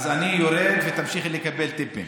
אז אני יורד, ותמשיכי לקבל טיפים.